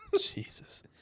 Jesus